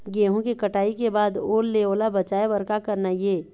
गेहूं के कटाई के बाद ओल ले ओला बचाए बर का करना ये?